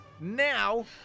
Now